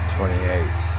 Twenty-eight